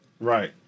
Right